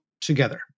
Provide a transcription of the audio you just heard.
together